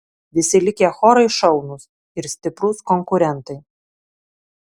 visi likę chorai šaunūs ir stiprūs konkurentai